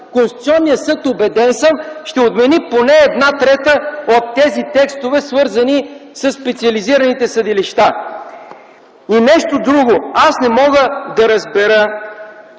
Конституционният съд, убеден съм, ще отмени поне една трета от тези текстове, свързани със специализираните съдилища. И нещо друго. Аз не мога да разбера